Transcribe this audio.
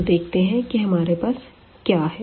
तो देखते है कि हमारे पास क्या है